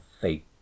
fate